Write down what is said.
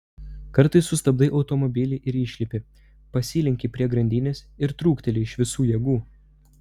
kartais sustabdai automobilį ir išlipi pasilenki prie grandinės ir trūkteli iš visų jėgų